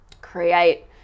create